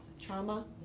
trauma